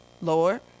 Lord